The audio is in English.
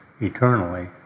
eternally